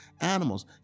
Animals